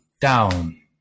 down